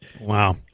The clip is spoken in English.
Wow